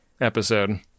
episode